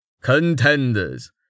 Contenders